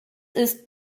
ist